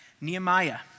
Nehemiah